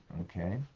Okay